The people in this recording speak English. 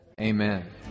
Amen